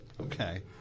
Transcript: okay